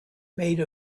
made